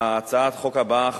בהצעת החוק הבאה,